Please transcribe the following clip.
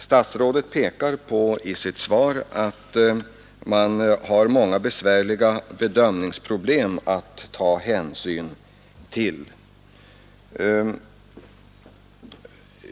Statsrådet pekar i sitt svar på att man i detta sammanhang har många besvärliga bedömningsproblem att ta hänsyn till.